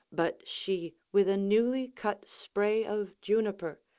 but she with a newly cut spray of juniper,